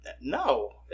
No